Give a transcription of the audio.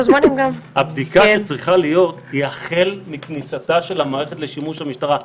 הבדיקה שצריכה להיות היא החל מכניסתה של המערכת לשימוש המשטרה,